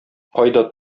кайда